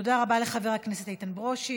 תודה רבה לחבר הכנסת איתן ברושי.